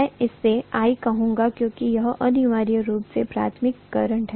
मैं इसे il कहूँगा क्योंकि यह अनिवार्य रूप से प्राथमिक करंट है